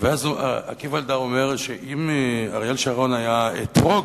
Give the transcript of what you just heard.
אז עקיבא אלדר אומר, שאם אריאל שרון היה אתרוג,